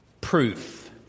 proof